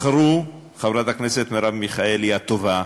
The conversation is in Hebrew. מכרו, חברת הכנסת מרב מיכאלי הטובה.